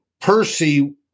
Percy